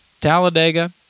Talladega